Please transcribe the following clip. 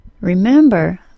Remember